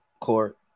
Court